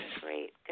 Great